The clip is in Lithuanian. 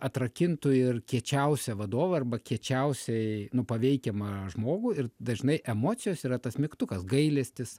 atrakintų ir kiečiausią vadovą arba kiečiausiai nu paveikiamą žmogų ir dažnai emocijos yra tas mygtukas gailestis